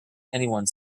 anyone